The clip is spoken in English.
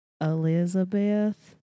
Elizabeth